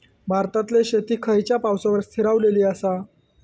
भारतातले शेती खयच्या पावसावर स्थिरावलेली आसा?